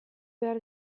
behar